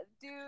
dude